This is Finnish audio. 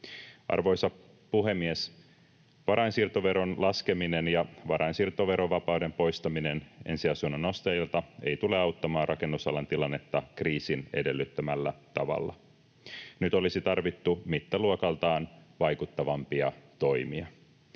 Arvoisa puhemies! Varainsiirtoveron laskeminen ja varainsiirtoverovapauden poistaminen ensiasunnon ostajilta eivät tule auttamaan rakennusalan tilannetta kriisin edellyttämällä tavalla. Nyt olisi tarvittu mittaluokaltaan vaikuttavampia toimia.